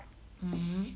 mmhmm